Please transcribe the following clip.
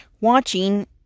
watching